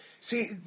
See